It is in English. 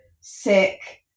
sick